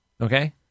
Okay